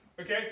Okay